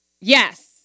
Yes